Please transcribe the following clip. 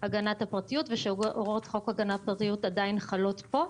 הגנת הפרטיות ושהוראות חוק הגנת הפרטיות עדיין חלות כאן,